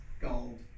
gold